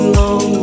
long